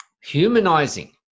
humanizing